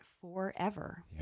forever